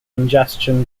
ingestion